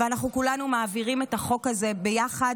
ואנחנו כולנו מעבירים את החוק הזה ביחד.